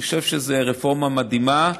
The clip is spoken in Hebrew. אני חושב שזאת רפורמה מדהימה,